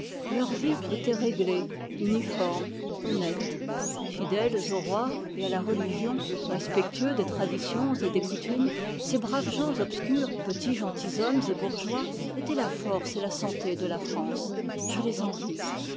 leur vie était réglée uniforme honnête fidèles au roi et à la religion respectueux des traditions et des coutumes ces braves gens obscurs petits gentilshommes et bourgeois étaient la force et la santé de la france je les envie